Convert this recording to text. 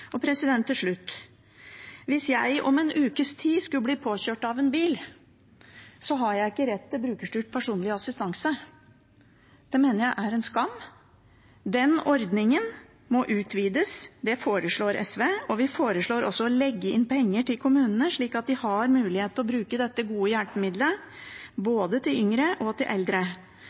Til slutt: Hvis jeg om en ukes tid skulle bli påkjørt av en bil, har jeg ikke rett til brukerstyrt personlig assistanse. Det mener jeg er en skam. Den ordningen må utvides, det foreslår SV, og vi foreslår også å legge inn penger til kommunene, slik at de har mulighet til å bruke dette gode hjelpemidlet både til yngre og til eldre.